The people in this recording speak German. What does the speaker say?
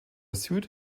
süd